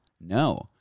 No